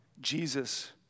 Jesus